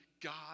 God